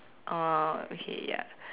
oh okay ya